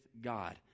God